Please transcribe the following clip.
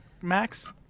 Max